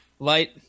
Light